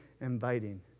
inviting